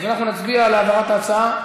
אנחנו נצביע על העברת ההצעה.